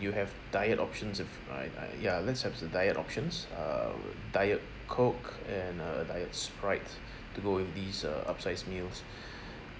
you have diet options if I I ya let's have the diet options err diet coke and a diet sprite to go with these uh upsized meals